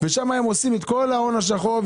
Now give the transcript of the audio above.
שם הם עושים את כל ההון השחור.